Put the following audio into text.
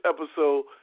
episode